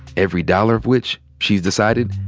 every dollar of which, she's decided,